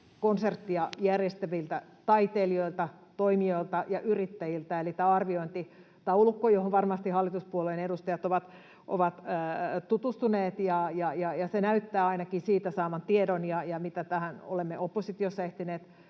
konsertteja järjestäviltä taiteilijoilta, toimijoilta ja yrittäjiltä. Eli tämä arviointitaulukko, johon varmasti hallituspuolueiden edustajat ovat tutustuneet, näyttää ainakin siitä saadun tiedon ja sen, mitä tähän olemme oppositiossa ehtineet